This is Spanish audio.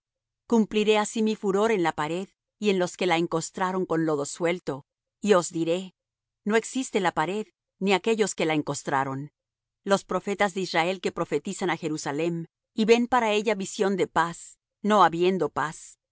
cumpliré así mi furor en la pared y en los que la encostraron con lodo suelto y os diré no existe la pared ni aquellos que la encostraron los profetas de israel que profetizan á jerusalem y ven para ella visión de paz no habiendo paz